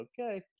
okay